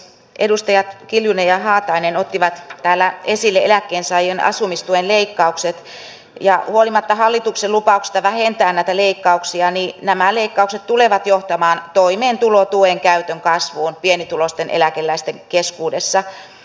edustajat kiljunen ja haatainen ottivat täällä esille eläkkeensaajien asumistuen leikkaukset ja huolimatta hallituksen lupauksista vähentää näitä leikkauksia nämä leikkaukset tulevat johtamaan toimeentulotuen käytön kasvuun pienituloisten eläkeläisten keskuudessa